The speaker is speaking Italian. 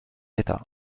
età